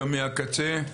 שם מהקצה.